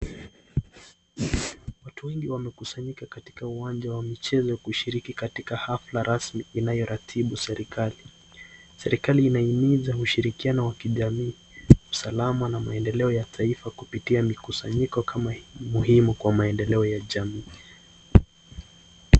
Watu wengi wamekusanyika katika uwanja wa michezo kushiriki katika hafla rasmi inayoratibu serikali . Serikali inahimiza ushirikiano wa kijamii ,usalama na maendeleo ya taifa kupitia mikusanyiko kama hii muhimu kwa maendeleo ya jamii.